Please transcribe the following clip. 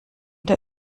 der